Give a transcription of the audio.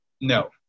no